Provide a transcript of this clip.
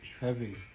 Heavy